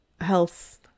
health